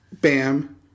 Bam